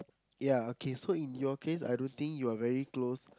ya okay so in your case I don't think you are very close